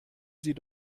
sie